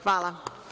Hvala.